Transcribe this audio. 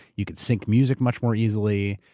you could sync music much more easily.